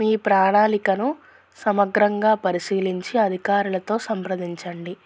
మీ ప్రణాళికను సమగ్రంగా పరిశీలించి అధికారులతో సంప్రదించండి